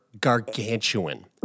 gargantuan